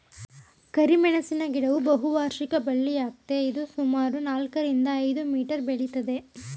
ಕರಿಮೆಣಸಿನ ಗಿಡವು ಬಹುವಾರ್ಷಿಕ ಬಳ್ಳಿಯಾಗಯ್ತೆ ಇದು ಸುಮಾರು ನಾಲ್ಕರಿಂದ ಐದು ಮೀಟರ್ ಬೆಳಿತದೆ